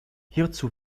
hierzu